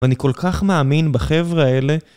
ואני כל כך מאמין בחבר'ה אלה...